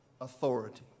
authority